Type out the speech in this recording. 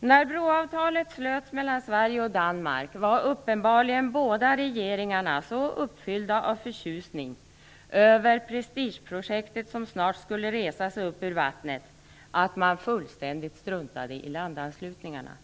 När broavtalet mellan Sverige och Danmark slöts var uppenbarligen båda regeringarna så uppfyllda av förtjusning över prestigeprojektet som snart skulle resa sig upp ur vattnet att man fullständigt struntade i landanslutningarna.